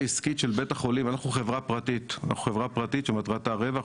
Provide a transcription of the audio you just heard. אנחנו חברה פרטית שמטרתה רווח,